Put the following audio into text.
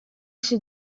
she